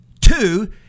Two